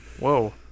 Whoa